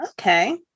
okay